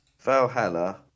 Valhalla